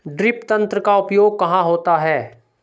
Drip तंत्र का उपयोग कहाँ होता है?